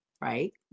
right